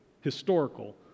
historical